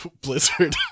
Blizzard